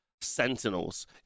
sentinels